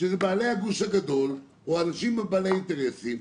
והם בעלי הגוש הגדול, או האנשים בעלי האינטרסים.